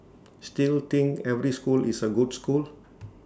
still think every school is A good school